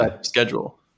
schedule